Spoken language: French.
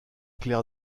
clair